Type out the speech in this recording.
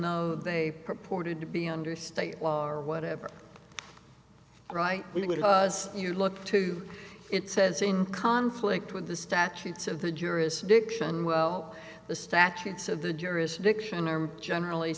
though they purported to be under state law or whatever right we would cause you look to it says in conflict with the statutes of the jurisdiction well the statutes of the jurisdiction are generally